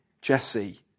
Jesse